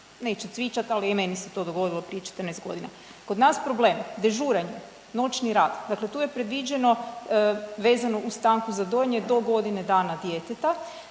Neću cvičat, ali i meni se to dogodilo prije 14 godina. Kod nas problem dežuranje, noćni rad, dakle tu je predviđeno vezno uz stanku za dojenje do godine dana djeteta.